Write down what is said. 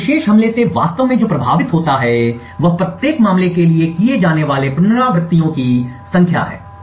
अब इस विशेष हमले से वास्तव में जो प्रभावित होता है वह प्रत्येक मामले के लिए किए जाने वाले पुनरावृत्तियों की संख्या है